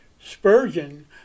Spurgeon